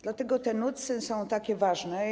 Dlatego te NUTS-y są takie ważne.